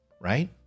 right